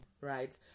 right